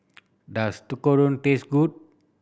does Tekkadon taste good